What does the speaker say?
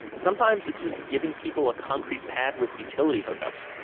sometimes it's just giving people a concrete pad with utility hookups.